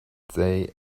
they